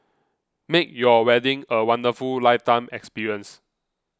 make your wedding a wonderful lifetime experience